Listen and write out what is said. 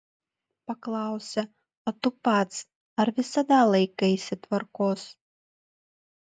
paklausę o tu pats ar visada laikaisi tvarkos